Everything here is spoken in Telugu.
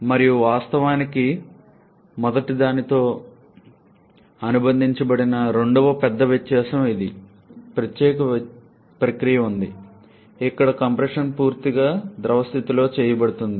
మరియు వాస్తవానికి మొదటిదానితో అనుబంధించబడిన రెండవ పెద్ద వ్యత్యాసం ఈ ప్రత్యేక ప్రక్రియలో ఉంది ఇక్కడ కంప్రెషన్ కుదింపు భాగం పూర్తిగా ద్రవ స్థితితో చేయబడుతుంది